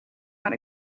not